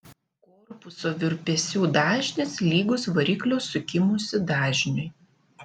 korpuso virpesių dažnis lygus variklio sukimosi dažniui